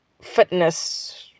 fitness